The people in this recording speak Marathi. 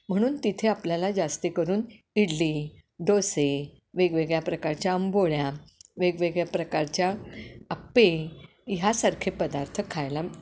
म्हणून तिथे आपल्याला जास्ती करून इडली डोसे वेगवेगळ्या प्रकारच्या आंबोळ्या वेगवेगळ्या प्रकारच्या अप्पे ह्यासारखे पदार्थ खायला मि